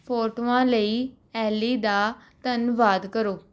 ਫੋਟੋਆਂ ਲਈ ਐਲੀ ਦਾ ਧੰਨਵਾਦ ਕਰੋ